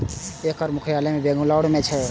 एकर मुख्यालय बेंगलुरू मे छै